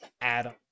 Adam